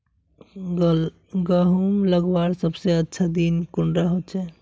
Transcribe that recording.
गहुम लगवार सबसे अच्छा दिन कुंडा होचे?